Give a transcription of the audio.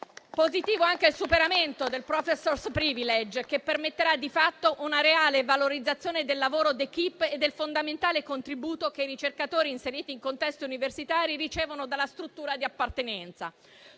Positivo è anche il superamento del *professor's privilege*, che permetterà di fatto una reale valorizzazione del lavoro d'*équipe* e del fondamentale contributo che i ricercatori inseriti in contesti universitari ricevono dalla struttura di appartenenza.